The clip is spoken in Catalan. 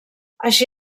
així